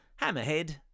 Hammerhead